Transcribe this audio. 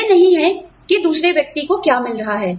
यह नहीं है कि दूसरे व्यक्ति को क्या मिल रहा है